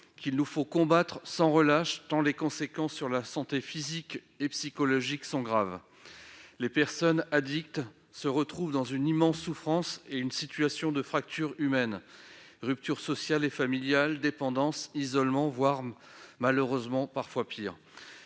qu'il nous faut combattre sans relâche tant ses conséquences sur la santé physique et psychologique sont graves. Les personnes addicts sombrent dans une immense souffrance et dans une situation de fracture humaine, marquée par la rupture sociale et familiale, la dépendance, l'isolement, voire malheureusement pis encore.